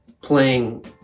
playing